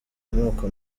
amoko